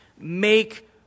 make